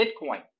Bitcoin